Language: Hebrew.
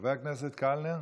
חבר הכנסת קלנר,